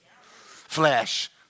Flesh